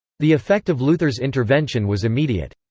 the effect of luther's intervention was immediate.